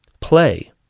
play